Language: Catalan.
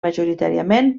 majoritàriament